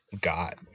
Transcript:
got